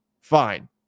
Fine